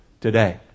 today